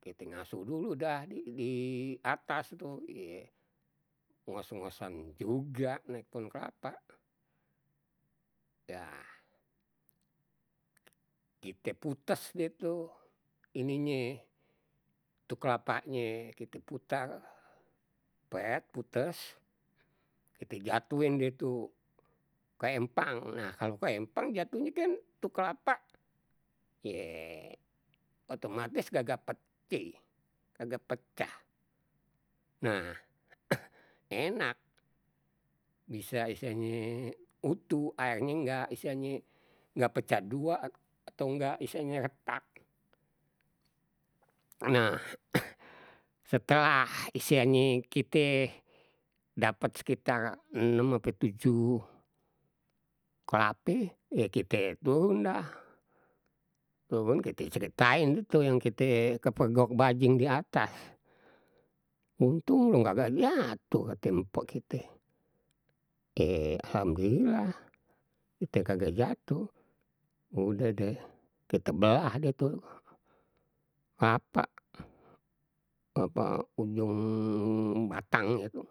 Kite ngaso dulu dah di di atas tuh, ye ngos- ngosan juga naik pun kelapa. Yah kite putes deh tuh ininye tu kelapanye kita puter pet putes, kite jatuhin deh tuh ke empang. Nah, kalau ke empang jatuhnye kan tu kelapa ye otomatis ka, gak peceh kagak pecah. Nah enak bisa istilahnye utuh, airnya nggak, istilahnye nggak pecah dua atau nggak istilahnye retak. Nah, setelah istilahnye kite dapet sekitar enem ape tujuh kelape, ya kite turun dah, turun kite ceritain deh tuh yang, kite kepergok bajing di atas. Untung lu kagak jatuh kate mpok kite. Eh, alhamdulillah, kita kagak jatuh. Udah deh, kite belah deh tuh, kelapa kelapa ujung batangnya tuh.